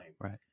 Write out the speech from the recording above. Right